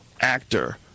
actor